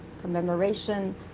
commemoration